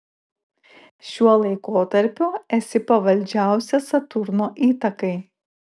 šiuo laikotarpiu esi pavaldžiausia saturno įtakai